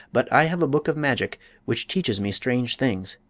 but i have a book of magic which teaches me strange things.